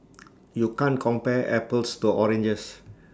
you can't compare apples to oranges